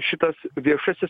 šitas viešasis